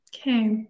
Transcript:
Okay